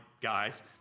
guys